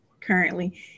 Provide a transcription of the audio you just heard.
currently